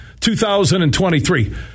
2023